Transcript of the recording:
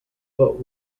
but